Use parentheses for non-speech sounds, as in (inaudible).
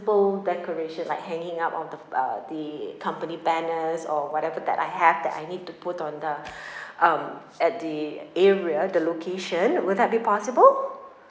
decoration like hanging up of the uh the company banners or whatever that I have that I need to put on the (breath) um at the area the location will that be possible